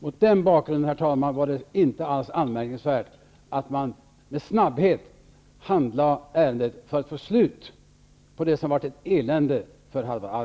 Mot denna bakgrund, herr talman, var det inte alls anmärkningsvärt att regeringen med snabbhet handlade ärendet för att få ett slut på det som varit ett elände för Halvar